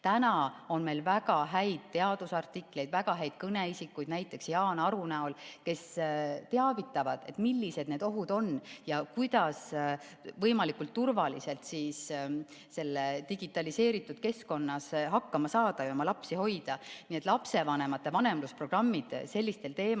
Täna on meil väga häid teadusartikleid, väga häid kõneisikuid, näiteks Jaan Aru, kes teavitavad, millised need ohud on ja kuidas võimalikult turvaliselt selles digitaliseeritud keskkonnas hakkama saada ja oma lapsi hoida. Nii et lapsevanemate vanemlusprogrammid sellistel teemadel